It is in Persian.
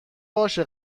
باشه